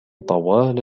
طوال